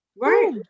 Right